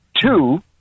Two